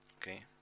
okay